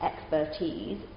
expertise